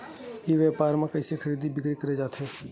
ई व्यापार म कइसे खरीदी बिक्री करे जाथे?